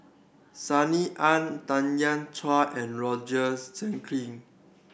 Sunny Ang Tanya Chua and Roger Jenkin